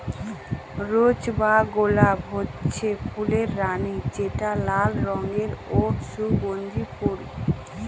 rose বা গলাপ হচ্ছে ফুলের রানী যেটা লাল রঙের ও সুগন্ধি ফুল